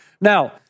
Now